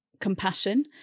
compassion